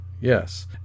yes